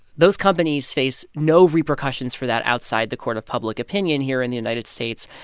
those companies face no repercussions for that outside the court of public opinion here in the united states.